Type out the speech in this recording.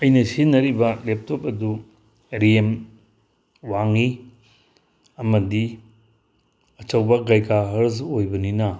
ꯑꯩꯅ ꯁꯤꯖꯤꯟꯅꯔꯤꯕ ꯂꯦꯞꯇꯣꯞ ꯑꯗꯨ ꯔꯦꯝ ꯋꯥꯡꯏ ꯑꯃꯗꯤ ꯑꯆꯧꯕ ꯒꯩꯒꯥꯍ꯭ꯔꯁ ꯑꯣꯏꯕꯅꯤꯅ